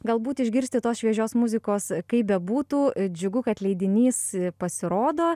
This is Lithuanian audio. galbūt išgirsti tos šviežios muzikos kaip bebūtų džiugu kad leidinys pasirodo